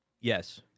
Yes